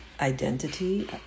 identity